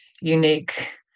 unique